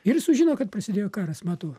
ir sužino kad prasidėjo karas mato